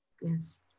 Yes